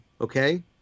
okay